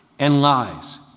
and lies.